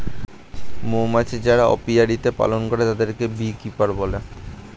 মৌমাছি যারা অপিয়ারীতে পালন করে তাদেরকে বী কিপার বলে